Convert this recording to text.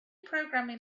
programming